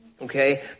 okay